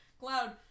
cloud